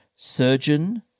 Surgeon